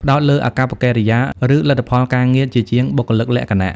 ផ្តោតលើអាកប្បកិរិយា ឬលទ្ធផលការងារជាជាងបុគ្គលិកលក្ខណៈ។